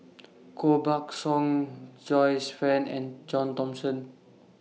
Koh Buck Song Joyce fan and John Thomson